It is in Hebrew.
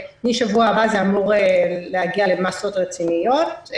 ומשבוע הבא זה אמור להגיע למסות רציניות,